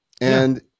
and-